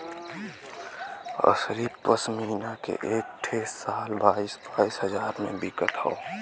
असली पश्मीना के एक ठे शाल बाईस बाईस हजार मे बिकत हौ